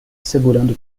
segurando